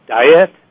diet